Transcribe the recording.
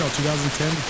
2010